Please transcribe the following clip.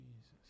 Jesus